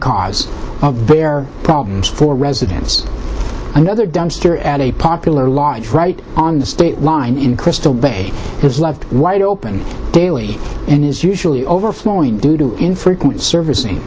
cause of their problems for residence another dumpster at a popular law right on the state line in crystal bay has left wide open daily and is usually overflowing due to infrequent servic